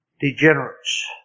Degenerates